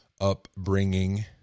upbringing